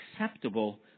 acceptable